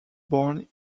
born